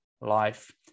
life